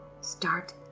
Start